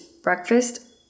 breakfast